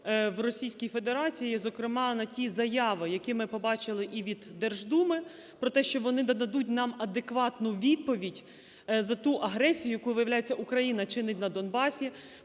в Російській Федерації, зокрема на ті заяви, які ми побачили і від Держдуми, про те, що вони нададуть адекватну відповідь за ту агресію, яку, виявляється, Україна чинить на Донбасі.